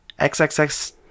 xxx